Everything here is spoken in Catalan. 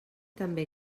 també